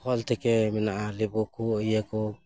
ᱯᱷᱚᱞ ᱛᱷᱮᱠᱮ ᱢᱮᱱᱟᱜᱼᱟ ᱞᱮᱵᱩ ᱠᱚ ᱤᱭᱟᱹ ᱠᱚ